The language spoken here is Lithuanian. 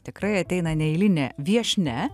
tikrai ateina neeilinė viešnia